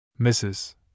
Mrs